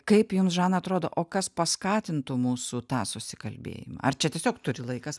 kaip jums žana atrodo o kas paskatintų mūsų tą susikalbėjimą ar čia tiesiog turi laikas